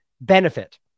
benefit